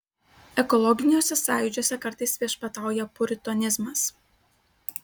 ekologiniuose sąjūdžiuose kartais viešpatauja puritonizmas